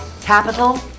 capital